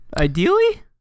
Ideally